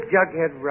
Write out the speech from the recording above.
Jughead